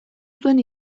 zuen